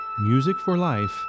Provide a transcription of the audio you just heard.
musicforlife